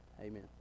Amen